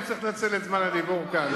לא צריך לנצל את זמן הדיבור כאן.